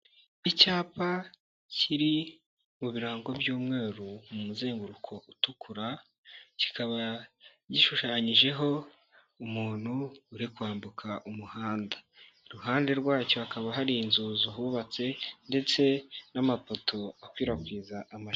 Icyapa kiri mu birango by'umweru mu muzenguruko utukura, kikaba gishushanyijeho, umuntu uri kwambuka umuhanda, iruhande rwacyo hakaba hari inzu, hubatse ndetse n'amapoto akwirakwiza amashanyarazi.